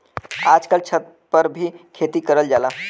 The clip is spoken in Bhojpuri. आजकल छत पर भी खेती करल जाला